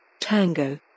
Tango